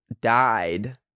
Died